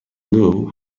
know